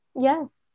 Yes